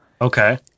Okay